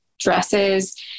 Dresses